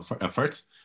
efforts